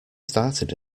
started